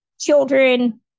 Children